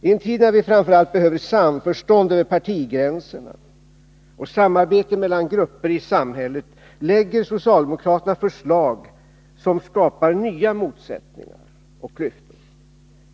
I en tid när vi framför allt behöver samförstånd över partigränserna och samarbete mellan grupper i samhället, lägger socialdemokraterna förslag som skapar nya motsättningar och klyftor.